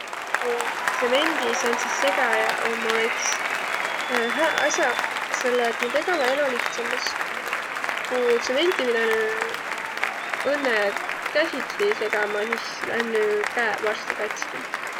Noo tsemendi säändseq segäjäq ommaq iks hääq as'aq, selle et nä tegeväq elo lihtsambas. Ku tsementi pidänü õnnõ käsitsi segämä, sis lännü käeq varsti kats'ki.